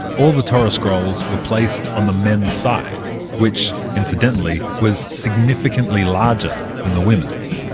all the torah scrolls were placed on the men's side which incidentally was significantly larger than the women's.